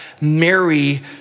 Mary